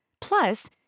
Plus